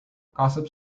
gossips